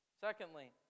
Secondly